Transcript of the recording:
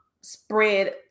spread